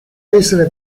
essere